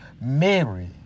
Mary